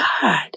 God